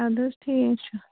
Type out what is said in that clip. اَدٕ حظ ٹھیٖک چھُ